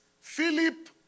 Philip